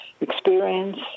experience